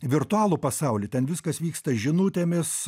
virtualų pasaulį ten viskas vyksta žinutėmis